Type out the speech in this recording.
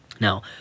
Now